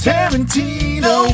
Tarantino